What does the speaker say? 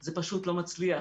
זה פשוט לא מצליח.